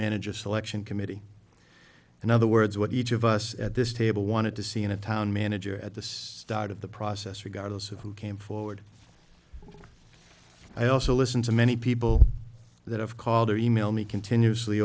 manager selection committee in other words what each of us at this table wanted to see in a town manager at the start of the process regardless of who came forward i also listen to many people that have called or emailed me continuously